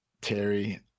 Terry